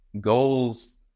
goals